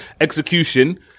execution